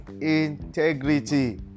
integrity